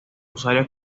usuarios